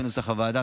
בנוסח הוועדה.